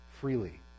freely